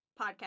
podcast